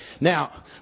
now